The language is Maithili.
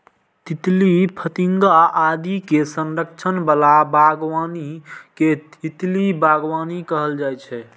तितली, फतिंगा आदि के संरक्षण बला बागबानी कें तितली बागबानी कहल जाइ छै